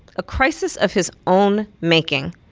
a crisis of his own making.